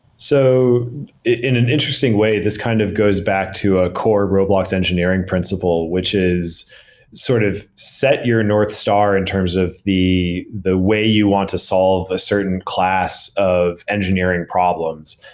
so in an interesting way, this kind of goes back to a core roblox engineering principle, which is sort or set your northstar in terms of the the way you want to solve a certain class of engineering problems.